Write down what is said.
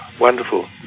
wonderful